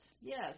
Yes